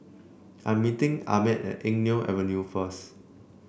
I am meeting Ahmed at Eng Neo Avenue first